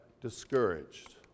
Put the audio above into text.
discouraged